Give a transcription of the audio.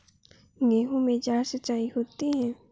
गेहूं में चार सिचाई होती हैं